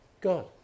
God